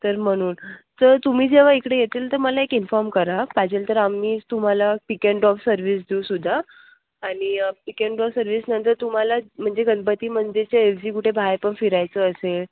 तर म्हणून जर जेव्हा इकडे येतील तर मला एक इन्फॉर्म करा हं पाहिजेल तर आम्हीच तुम्हाला पिक एन ड्रॉप सर्विस देऊ सुद्धा आणि पिक एन ड्रॉप सर्विसनंतर तुम्हाला म्हणजे गणपती मंदिरच्या ऐवजी कुठे बाहेर पण फिरायचं असेल